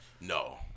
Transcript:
no